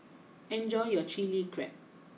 enjoy your Chili Crab